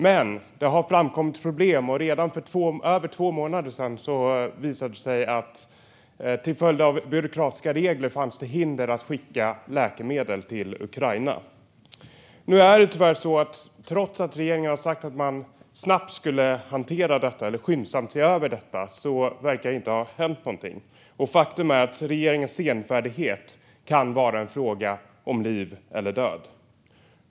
Men det har framkommit problem, och redan för över två månader sedan visade det sig att det på grund av byråkratiska regler fanns hinder för att skicka läkemedel till Ukraina. Nu är det tyvärr så att trots att regeringen har sagt att man snabbt skulle hantera detta, eller skyndsamt se över detta, verkar det inte ha hänt någonting. Och faktum är att regeringens senfärdighet kan vara en fråga om liv eller död.